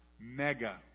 mega